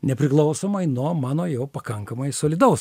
nepriklausomai nuo mano jau pakankamai solidaus